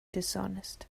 dishonest